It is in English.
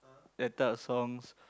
that type of songs